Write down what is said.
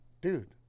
dude